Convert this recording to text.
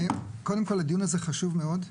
קודם כל הדיון הזה חשוב מאד,